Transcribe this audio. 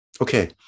Okay